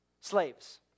Slaves